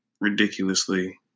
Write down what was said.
ridiculously